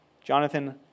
Jonathan